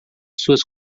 suas